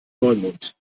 neumond